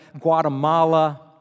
Guatemala